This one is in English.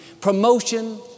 promotion